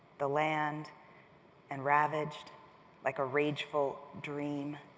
the land and ravaged like a rageful dream,